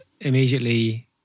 immediately